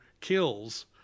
kills